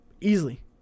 Easily